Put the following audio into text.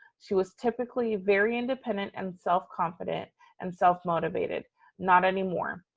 she was typically very independent and self confident and self motivated not anymore.